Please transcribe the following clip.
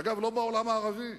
אגב, לא בעולם הערבי,